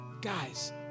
guys